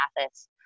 Mathis